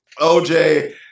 OJ